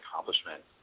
accomplishment